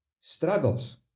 struggles